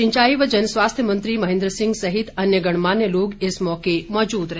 सिंचाई एवं जन स्वास्थ्य मंत्री महेन्द्र सिंह सहित अन्य गणमान्य लोग इस मौके मौजूद रहे